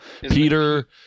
peter